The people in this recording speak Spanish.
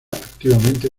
activamente